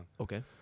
Okay